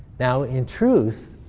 now, in truth,